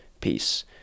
peace